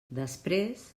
després